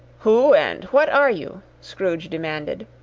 who, and what are you? scrooge demanded.